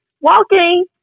walking